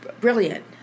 brilliant